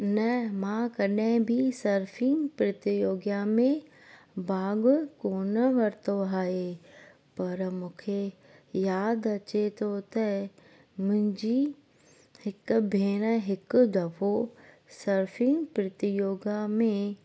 न मां कॾहिं बि सर्फिंग प्रतियोगिता में भाॻु कोन वरितो आहे पर मूंखे यादि अचे थो त मुंहिंजी हिकु भेण हिकु दफ़ो सर्फिंग प्रतियोगिता में